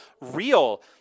real